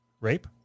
Rape